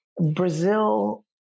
Brazil